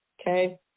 okay